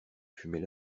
fumait